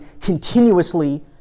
continuously